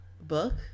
book